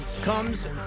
comes